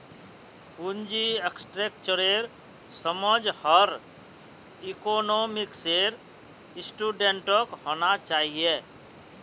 पूंजी स्ट्रक्चरेर समझ हर इकोनॉमिक्सेर स्टूडेंटक होना चाहिए